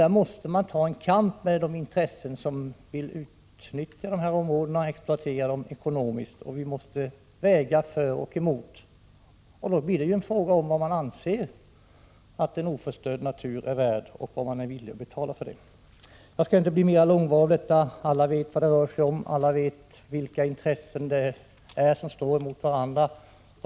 Där måste man ta en kamp med de intressen som vill exploatera dessa områden ekonomiskt. Vi måste väga för och emot, och då blir det en fråga om vad man anser att en oförstörd natur är värd och vad man är villig att betala för det. Jag skall inte tala längre om detta — alla vet vad det rör sig om och vilka intressen det är som står emot varandra.